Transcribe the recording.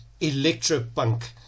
electropunk